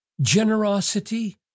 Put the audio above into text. generosity